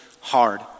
hard